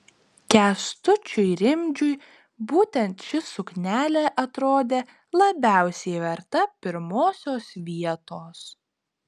kęstučiui rimdžiui būtent ši suknelė atrodė labiausiai verta pirmosios vietos